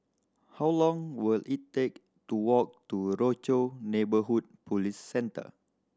how long will it take to walk to Rochor Neighborhood Police Centre